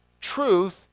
truth